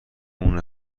اون